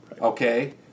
okay